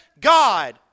God